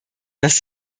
dass